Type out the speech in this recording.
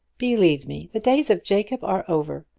believe me, the days of jacob are over.